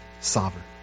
sovereign